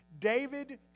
David